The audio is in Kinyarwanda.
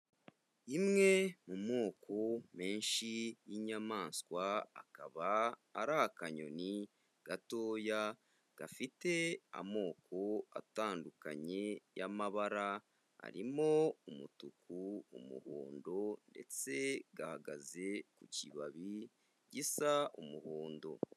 Imwe mu moko menshi y'inyamaswa akaba ari akanyoni gatoya gafite amoko atandukanye y'amabara, arimo umutuku, umuhondo ndetse gahagaze ku kibabi gisa umuhondo.